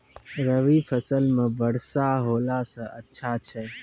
रवी फसल म वर्षा होला से अच्छा छै?